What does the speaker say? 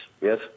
yes